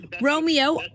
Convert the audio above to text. romeo